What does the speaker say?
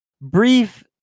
brief